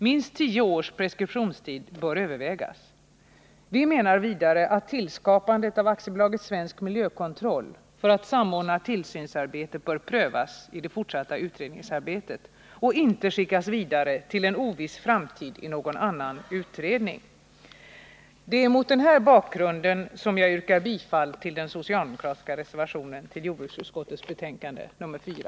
Minst tio års preskriptionstid bör övervägas. Vi menar vidare att tillskapandet av AB Svensk Miljökontroll, för att samordna tillsynsarbete, bör prövas i det fortsatta utredningsarbetet och inte skickas vidare till en oviss framtid i någon annan utredning. Det är mot den här bakgrunden som jag yrkar bifall till den socialdemokratiska reservationen till jordbruksutskottets betänkande nr 4.